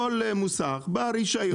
כל מוסך בעל רישיון שרוצה להיות בהסדר,